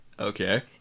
Okay